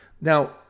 Now